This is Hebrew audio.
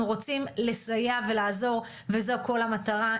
אנחנו רוצים לסייע ולעזור וזו כל המטרה,